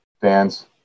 fans